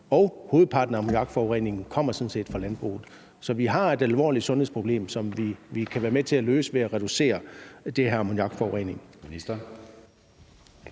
og hovedparten af ammoniakforureningen kommer fra landbruget. Så vi har et alvorligt sundhedsproblem, som vi kan være med til at løse ved at reducere den her ammoniakforurening.